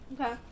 Okay